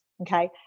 Okay